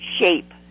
shape